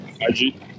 IG